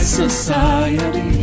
society